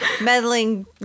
meddling